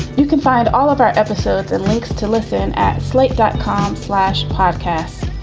you can find all of our episodes and links to listen at slate dot com slash podcasts.